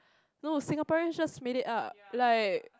no Singaporeans just made it up like